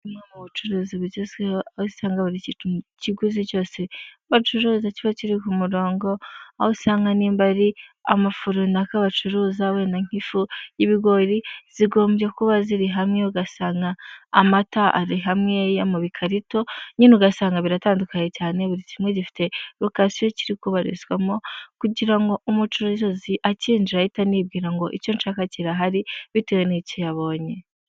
Mu bucuruzi bugezweho aho usanga buri ikiguzi cyose bacuruza kiba kiri ku murongo, aho usanga nimba ari amafu runaka bacuruza wenda nk' ifu y'ibigori zigombye kuba ziri hamwe ugasanga amata ari hamwe ya mu bikarito, nyine ugasanga biratandukanye cyane buri kimwe gifite rokasiyo kiri kubarizwamo kugira umucuruzi akinjira ahite anibwira ngo icyo nshaka kirahari bitewe n'iki yabonye.